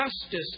justice